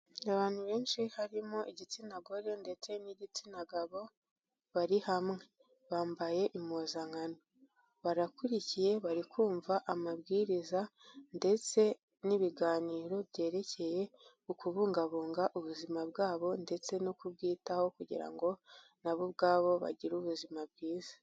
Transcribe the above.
Abantu benshi harimo igitsina gore ndetse n'igitsina gabo, bari hamwe. Bambaye impuzankano barakurikiye, bari kumva amabwiriza ndetse n'ibiganiro byerekeye ku kubungabunga ubuzima bwabo ndetse no kubyitaho kugira ngo na bo ubwabo bagire ubuzima bwiza.